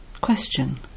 Question